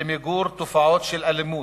למיגור תופעות של אלימות,